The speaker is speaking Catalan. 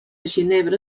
ginebra